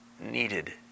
needed